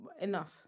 enough